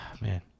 Man